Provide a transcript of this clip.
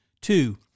Two